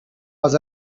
was